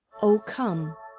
o come,